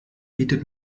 bietet